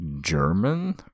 German